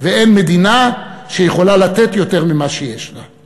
ואין מדינה שיכולה לתת יותר ממה שיש לה.